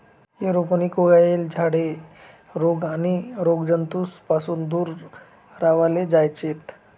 aeroponic उगायेल झाडे रोग आणि रोगजंतूस पासून दूर राव्हाले जोयजेत